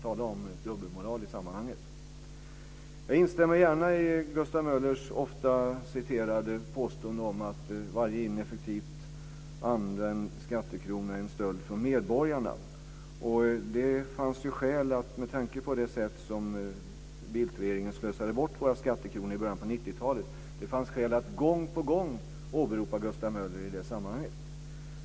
Tala om dubbelmoral i sammanhanget! Jag instämmer gärna i Gustav Möllers ofta citerade påstående om att varje ineffektivt använd skattekrona är en stöld från medborgarna. Det fanns ju skäl, med tanke på det sätt som Bildtregeringen slösade bort våra skattekronor i början på 90-talet, att gång på gång åberopa Gustav Möller i det sammanhanget.